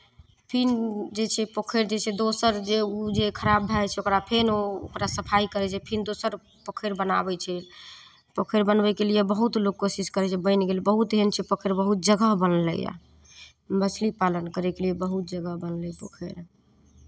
फेर जे छै पोखरि जे छै दोसर जे ओ जे खराब भए जाइ छै ओकरा फेर ओ ओकरा सफाइ करै छै फेर दोसर पोखरि बनाबै छै पोखरि बनबैके लिए बहुत लोक कोशिश करै छै बनि गेल बहुत एहन छै पोखरि बहुत जगह बनलैए मछली पालन करैके लिए बहुत जगह बनलै पोखरि